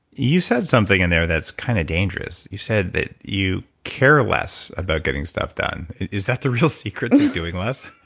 you said something in there that's kind of dangerous. you said that you care less about getting stuff done. is that the real secret to doing less?